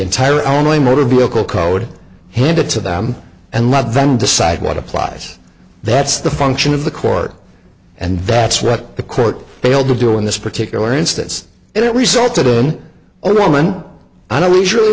entire only motor vehicle code handed to them and let them decide what applies that's the function of the court and that's what the court failed to do in this particular instance and it resulted in a moment i don't usually